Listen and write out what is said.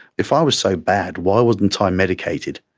if i was so bad, why wasn't ah i medicated,